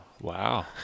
Wow